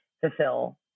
fulfill